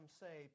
say